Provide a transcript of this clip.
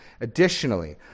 additionally